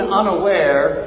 unaware